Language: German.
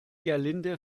gerlinde